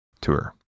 tour